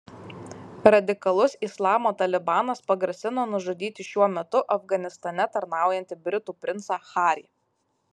radikalus islamo talibanas pagrasino nužudyti šiuo metu afganistane tarnaujantį britų princą harį